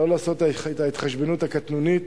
לא לעשות את ההתחשבנות הקטנונית,